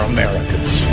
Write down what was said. Americans